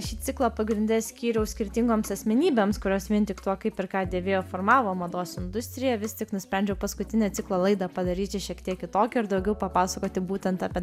šį ciklą pagrinde skyriau skirtingoms asmenybėms kurios vien tik tuo kaip ir ką dėvėjo formavo mados industriją vis tik nusprendžiau paskutinę ciklo laidą padaryti šiek tiek kitokią ir daugiau papasakoti būtent apie